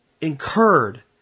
incurred